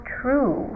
true